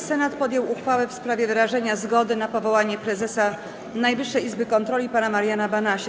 Senat podjął uchwałę w sprawie wyrażenia zgody na powołanie prezesa Najwyższej Izby Kontroli pana Mariana Banasia.